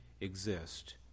exist